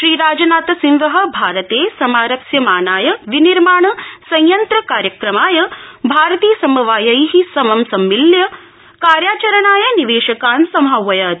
श्री राजनाथ सिंह भारते समारप्स्यमानाय विनिर्माण संयन्त्र कार्यक्रमाय भारती समवायै समं सम्मिल्य कार्याचरणाय निवेशकान् समाहवयत्